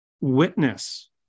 witness